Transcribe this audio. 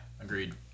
agreed